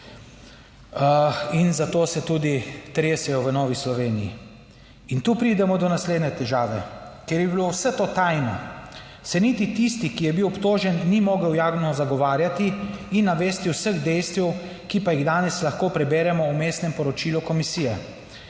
in zato se tudi tresejo v Novi Sloveniji. In tu pridemo do naslednje težave, ker je bilo vse to tajno, se niti tisti, ki je bil obtožen, ni mogel javno zagovarjati in navesti vseh dejstev, ki pa jih danes lahko preberemo v vmesnem poročilu komisije.